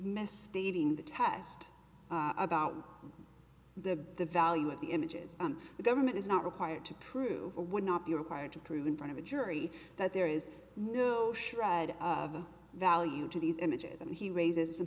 misstating the test about the value of the images the government is not required to prove or would not be required to prove in front of a jury that there is no shred of value to these images and he raises the